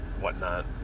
whatnot